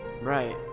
Right